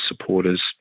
supporters